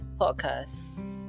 podcast